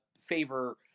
favor